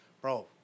bro